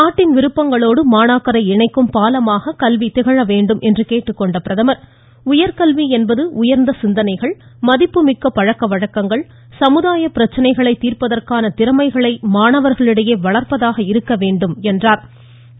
நாட்டின் விருப்பங்களோடு மாணாக்கரை இணைக்கும் பாலமாக கல்வி திகழ வேண்டும் என்று கேட்டுக்கொண்ட பிரதம் உயர்கல்வி என்பது உயர்ந்த மதிப்புமிக்க பழக்க வழக்கங்கள் சமுதாய பிரச்சனைகளை சிந்தனைகள் தீர்ப்பதற்கான திறமைகளை மாணவர்களிடையே வளர்ப்பதாக இருக்க வேண்டும் என்றார்